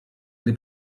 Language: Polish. gdy